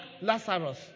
Lazarus